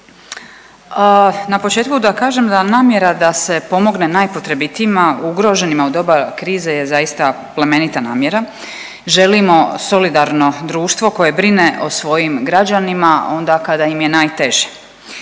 na početku da kažem da namjera da se pomogne najpotrebitijima ugroženima u doba krize je zaista plemenita namjera. Želimo solidarno društvo koje brine o svojim građanima onda kada im je najteže.